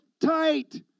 tight